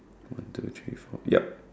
one two three four yep